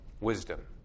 wisdom